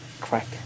crack